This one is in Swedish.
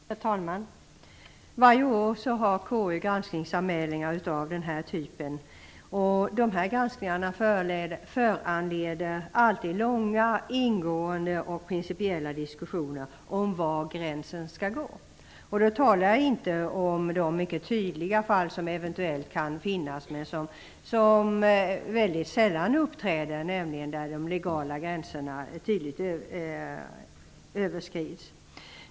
Herr talman! Varje år får KU granskningsanmälningar av denna typ. Dessa granskningar föranleder alltid, långa, ingående och principiella diskussioner om var gränsen skall gå. Jag talar inte om de mycket tydliga fall som eventuellt kan finnas men som sällan uppträder, nämligen där de legala gränserna tydligt överskrids.